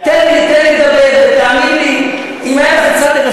תן לי, תן לי לדבר.